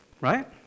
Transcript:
Right